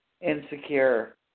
insecure